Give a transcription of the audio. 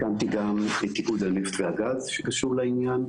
הקמתי גם את איגוד הנפט והגז שקשור לעניין,